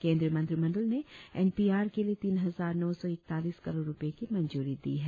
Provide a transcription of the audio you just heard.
केंद्रीय मंत्रिमंडल ने एन पी आर के लिए तीन हजार नौ सौ इकतालीस करोड़ रुपये की मंजूरी दी है